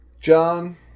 John